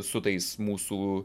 su tais mūsų